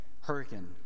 Hurricane